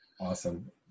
Awesome